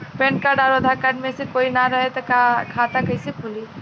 Pan card आउर Aadhaar card मे से कोई ना रहे त खाता कैसे खुली?